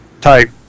type